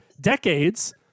decades